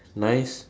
nice